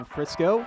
Frisco